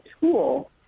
tool